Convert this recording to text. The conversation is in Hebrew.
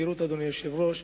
אדוני היושב-ראש,